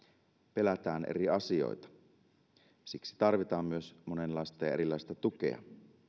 pelätään eri asioita siksi tarvitaan myös monenlaista erilaista tukea